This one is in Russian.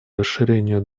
расширению